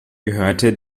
gehörte